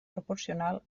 proporcional